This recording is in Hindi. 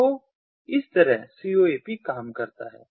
तो इस तरह CoAP काम करता है